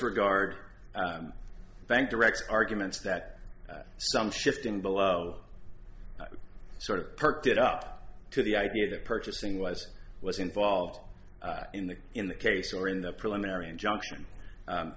regard thank directs arguments that some shifting below sort of perked it up to the idea that purchasing was was involved in the in the case or in the preliminary injunction